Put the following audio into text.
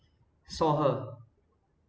saw her